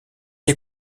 est